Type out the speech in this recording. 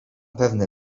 pewne